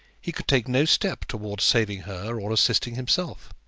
he could take no step towards saving her or assisting himself.